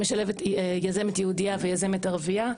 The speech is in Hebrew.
שמשלבת יזמת יהודייה ויזמת ערבייה,